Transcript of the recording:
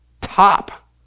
top